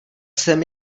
jsem